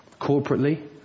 corporately